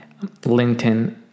LinkedIn